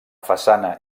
façana